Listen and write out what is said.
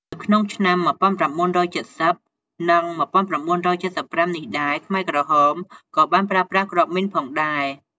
នៅក្នុងឆ្នាំ ១៩៧០ និង ១៩៧៥ នេះដែរ ខ្មែរក្រហមក៏បានប្រើប្រាស់គ្រាប់មីនផងដែរ។